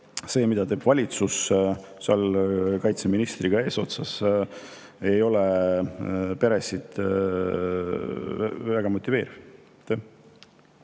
see, mida teeb valitsus sotsiaalkaitseministriga eesotsas, ei ole peresid väga motiveeriv.